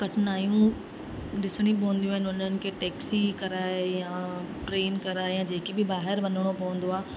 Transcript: कठिनाइयूं ॾिसणी पवंदी आहिनि उन्हनि खे टैक्सी कराए या ट्रेन कराए या जेकी बि ॿाहिरि वञिणो पवंदो आहे